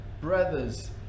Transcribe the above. Brothers